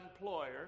employer